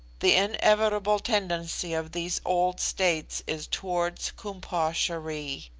the inevitable tendency of these old states is towards koom-posh-erie.